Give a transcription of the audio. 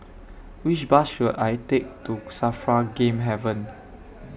Which Bus should I Take to SAFRA Game Haven